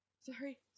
Sorry